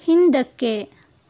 ಹಿಂದಕ್ಕೆ